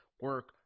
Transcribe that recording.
Work